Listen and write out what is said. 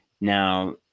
Now